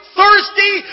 thirsty